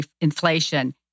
inflation